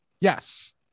Yes